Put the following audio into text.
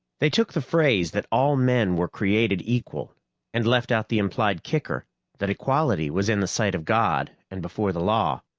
they took the phrase that all men were created equal and left out the implied kicker that equality was in the sight of god and before the law.